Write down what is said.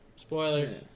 Spoilers